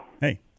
Hey